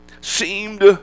seemed